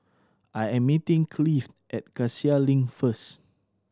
I am meeting Cleave at Cassia Link first